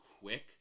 quick